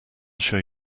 show